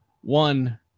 one